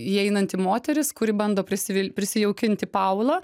įeinanti moteris kuri bando prisivil prisijaukinti paulą